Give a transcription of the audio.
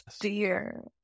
dear